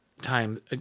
Time